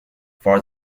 for